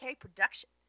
production